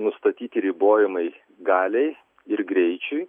nustatyti ribojimai galiai ir greičiui